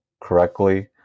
correctly